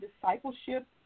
discipleship